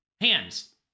Hands